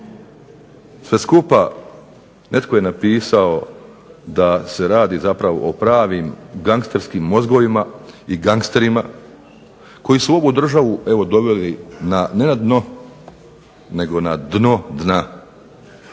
Sve skupa netko je napisao da se radi zapravo o pravim gangsterskim mozgovima i gangsterima koji su ovu državu doveli ne na dno, nego na dno dna,